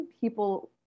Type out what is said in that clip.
people